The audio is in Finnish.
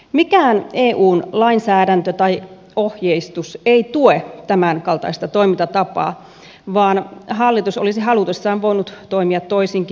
mikään eun lainsäädäntö tai ohjeistus ei tue tämänkaltaista toimintatapaa vaan hallitus olisi halutessaan voinut toimia toisinkin